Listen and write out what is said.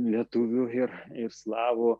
lietuvių ir ir slavų